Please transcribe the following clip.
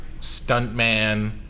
stuntman